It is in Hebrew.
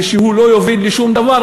ושהוא לא יוביל לשום דבר,